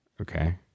Okay